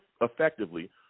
effectively